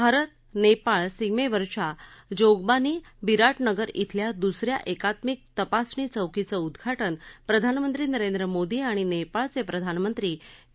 भारत नेपाळ सीमेवरच्या जोगबानी बिराटनगर खिल्या दुस या एकात्मिक तपासणी चौकीचं उद्घाटन प्रधानमंत्री नरेंद्र मोदी आणि नेपाळचे प्रधानमंत्री के